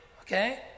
Okay